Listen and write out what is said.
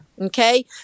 Okay